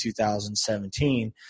2017